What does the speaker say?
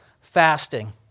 fasting